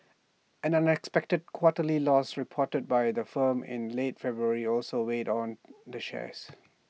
an unexpected quarterly loss reported by the firm in late February also weighed on the shares